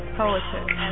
poetry